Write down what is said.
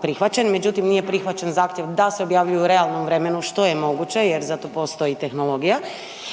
prihvaćen. Međutim, nije prihvaćen zahtjev da se objavljuju u realnom vremenu što je moguće jer za to postoji tehnologija.